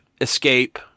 escape